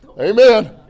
Amen